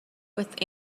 with